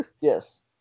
Yes